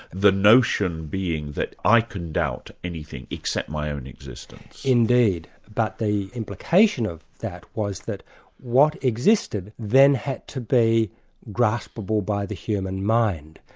the notion being that i can doubt anything, except my own existence. indeed. but the implication of that was that what existed then had to be graspable by the human mind.